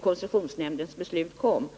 koncessionsnämndens beslut kom.